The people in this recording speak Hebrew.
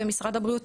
ומשרד הבריאות